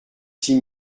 six